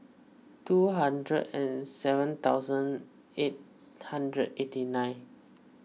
two hundred and seven thousand eight hundred eighty nine